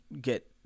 get